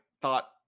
thought